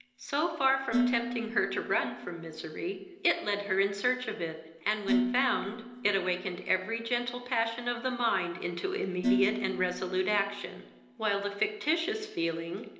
so far from tempting her to run from misery, it led her in search of it, and, when found, it awakened every gentle passion of the mind into immediate and resolute action while the fictitious feeling,